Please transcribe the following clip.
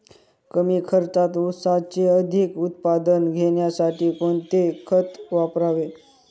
कमी खर्चात ऊसाचे अधिक उत्पादन घेण्यासाठी कोणते खत वापरावे?